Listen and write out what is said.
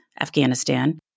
Afghanistan